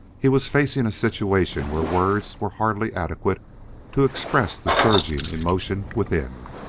he was facing a situation where words were hardly adequate to express the surging emotion within.